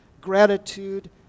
gratitude